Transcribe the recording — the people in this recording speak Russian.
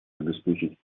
обеспечить